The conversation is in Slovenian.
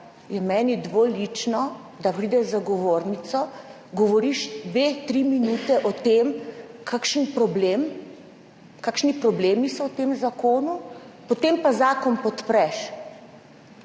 je meni dvolično, da prideš za govornico, govoriš dve, tri minute o tem, kakšni problemi so v tem zakonu, potem pa zakon podpreš,